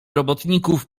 robotników